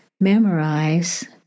memorize